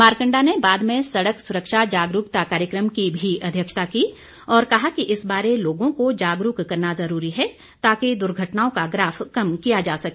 मारकंडा ने बाद में सड़क सुरक्षा जागरूकता कार्यक्रम की भी अध्यक्षता की और कहा कि इस बारे लोगों को जागरूक करना ज़रूरी है ताकि दुर्घटनाओं का ग्राफ कम किया जा सके